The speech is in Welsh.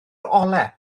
olau